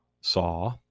saw